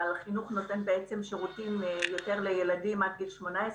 אבל משרד החינוך נותן שירותים לילדים עד גיל 18,